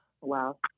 Wow